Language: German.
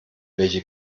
welche